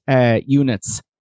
units